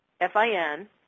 F-I-N